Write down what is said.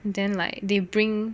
then like they bring